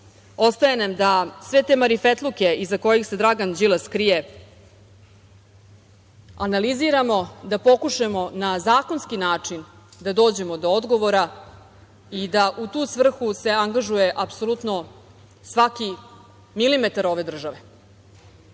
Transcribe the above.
Ostaje nam da sve te marifetluke iza kojih se Dragan Đilas krije analiziramo, da pokušamo da na zakonski način da dođemo do odgovora i da u tu svrhu se angažuje apsolutno svaki milimetar ove države